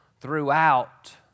throughout